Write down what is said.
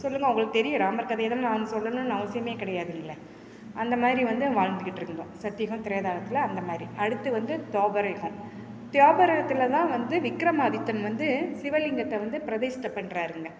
சொல்லுங்கள் உங்களுக்குத் தெரியும் ராமர் கதையை தான் நான் வந்து சொல்லணுன்னு அவசியமே கிடையாதுல அந்தமாதிரி வந்து வாழ்ந்துக்கிட்டிருந்தோம் சக்தி யுகம் திரேதா யுகத்தில் அந்தமாதிரி அடுத்து வந்து துவாபர யுகம் துவாபர யுகத்துல தான் வந்து விக்ரமாதித்தன் வந்து சிவலிங்கத்தை வந்து பிரதிஷ்டைப் பண்ணிறாருங்க